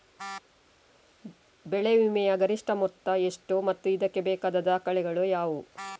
ಬೆಳೆ ವಿಮೆಯ ಗರಿಷ್ಠ ಮೊತ್ತ ಎಷ್ಟು ಮತ್ತು ಇದಕ್ಕೆ ಬೇಕಾದ ದಾಖಲೆಗಳು ಯಾವುವು?